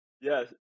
yes